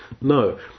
No